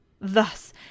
Thus